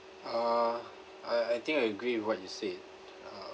uh I I think I agree with what you said uh